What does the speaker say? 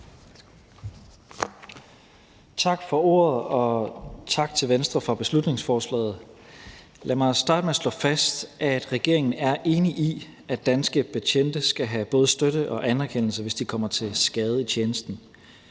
Tak for ordet, og tak til Venstre for beslutningsforslaget. Lad mig starte med at slå fast, at regeringen er enig i, at danske betjente skal have både støtte og anerkendelse, hvis de kommer til skade i tjenesten.